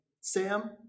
Sam